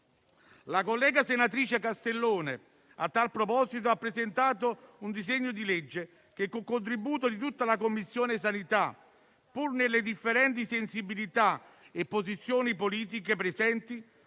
La collega, senatrice Castellone, a tal proposito ha presentato un disegno di legge che, con il contributo di tutta la Commissione sanità, pur nelle differenti sensibilità e posizioni politiche presenti,